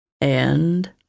And